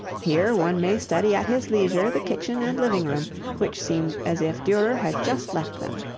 here one may study at his leisure the kitchen and living-room which seem as if durer had just left them.